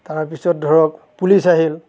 তাৰপিছত ধৰক পুলিচ আহিল